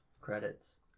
credits